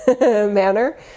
manner